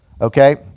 Okay